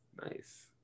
Nice